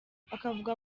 akavuga